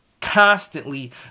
constantly